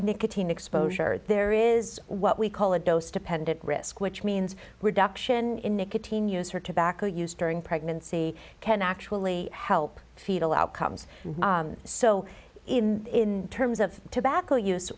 nicotine exposure there is what we call a dose dependent risk which means reduction in nicotine use or tobacco use during pregnancy can actually help fetal outcomes so in terms of tobacco use